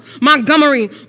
Montgomery